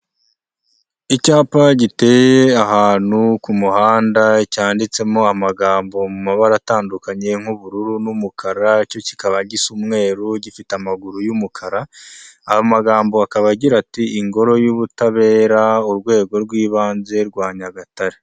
Icyapa giteye ahantu ku muhanda cyanditsemo amagambo mu mabara atandukanye nk'ubururu n'umukara cyo kikaba gisa umweru gifite amaguru y'umukara, amagambo akaba agira ati " Ingoro y'ubutabera urwego rw'ibanze rwa Nyagatare."